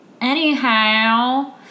Anyhow